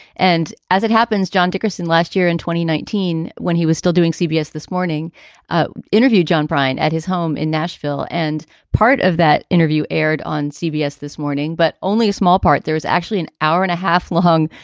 and as it happens, john dickerson last year in twenty nineteen, when he was still doing cbs this morning ah interview, john prine at his home in nashville. and part of that interview aired on cbs this morning, but only a small part. there's actually an hour and a half long,